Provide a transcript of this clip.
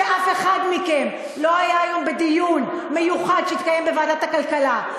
חבל שאף אחד מכם לא היה היום בדיון מיוחד שהתקיים בוועדת הכלכלה,